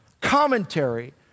commentary